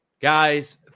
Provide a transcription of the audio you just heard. Guys